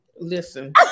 Listen